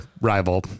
rival